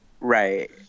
Right